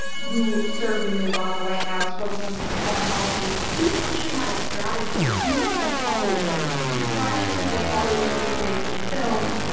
who served in the obama white house, focused on so foreign policy, he actually had a strategy where he went to hollywood to try to get hollywood to create some films,